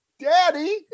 Daddy